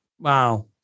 Wow